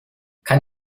kann